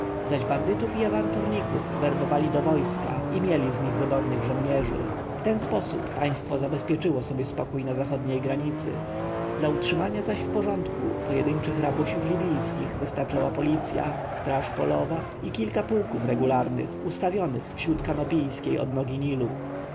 zaś bandytów i awanturników werbowali do wojska i mieli z nich wybornych żołnierzy w ten sposób państwo zabezpieczyło sobie spokój na zachodniej granicy dla utrzymania zaś w porządku pojedyńczych rabusiów libijskich wystarczała policja straż polowa i kilka pułków regularnych ustawionych wzdłuż kanopijskiej odnogi